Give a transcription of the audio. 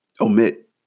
omit